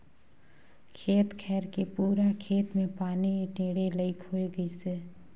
खेत खायर के पूरा खेत मे पानी टेंड़े लईक होए गइसे